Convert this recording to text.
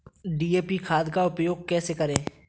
DAP खाद का उपयोग कैसे करें?